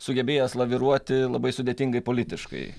sugebėjęs laviruoti labai sudėtingai politiškai